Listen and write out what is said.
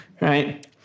right